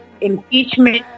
impeachment